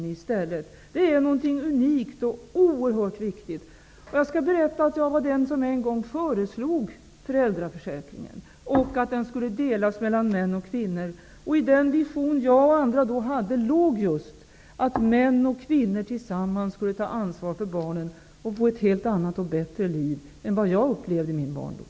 Föräldraförsäkringen är någonting unikt och oerhört viktigt. Jag skall berätta att jag var den som en gång i tiden föreslog en föräldraförsäkring och att den skulle delas mellan män och kvinnor. I den vision som jag och andra då hade låg just att män och kvinnor tillsammans skulle ta ansvar för barnen och få ett helt annat och bättre liv än vad jag upplevde i min barndom.